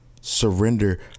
surrender